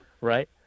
right